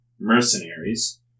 mercenaries